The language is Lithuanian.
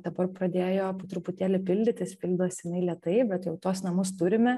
dabar pradėjo po truputėlį pildytis pildos jinai lėtai bet jau tuos namus turime